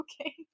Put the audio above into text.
Okay